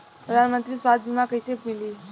प्रधानमंत्री स्वास्थ्य बीमा कइसे मिली?